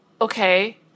okay